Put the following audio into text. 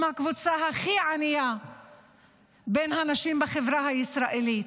הם הקבוצה הכי ענייה בין הנשים בחברה הישראלית.